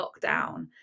lockdown